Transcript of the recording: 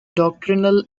doctrinal